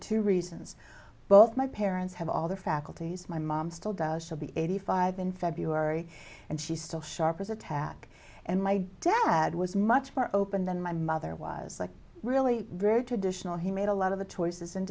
two reasons both my parents have all their faculties my mom still does to be eighty five in february and she's still sharp as a tack and my dad was much more open than my mother was like really very traditional he made a lot of the choices and